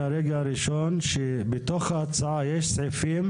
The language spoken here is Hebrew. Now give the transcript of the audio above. מהרגע הראשון אמרתי שבתוך ההצעה יש סעיפים